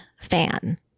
fan